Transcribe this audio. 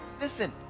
listen